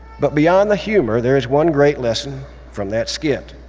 but beyond the humor, there is one great lesson from that skit.